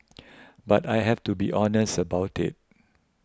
but I have to be honest about it